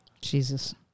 Jesus